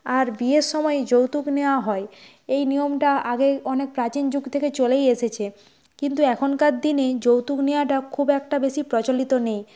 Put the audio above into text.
আর বিয়ের সময় যৌতুক নেওয়া হয় এই নিয়মটা আগে অনেক প্রাচীন যুগ থেকে চলেই এসেছে কিন্তু এখনকার দিনে যৌতুক নেওয়াটা খুব একটা বেশি প্রচলিত নেই